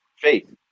faith